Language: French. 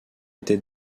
était